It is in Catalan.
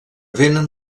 venen